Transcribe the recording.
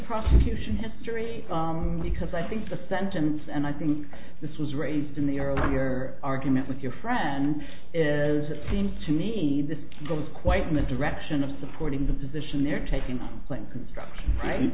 prosecution history because i think the sentence and i think this was raised in the earlier argument with your friend is seems to need to go quite mad direction of supporting the position they're taking place right